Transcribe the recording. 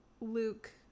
Luke